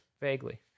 Vaguely